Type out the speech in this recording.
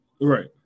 Right